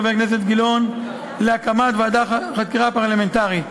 הכנסת גילאון להקמת ועדת חקירה פרלמנטרית.